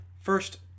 First